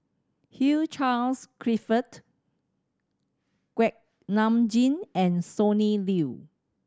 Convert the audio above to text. Hugh Charles Clifford Kuak Nam Jin and Sonny Liew